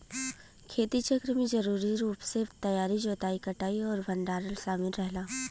खेती चक्र में जरूरी रूप से तैयारी जोताई कटाई और भंडारण शामिल रहला